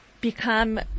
become